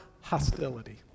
hostility